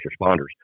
responders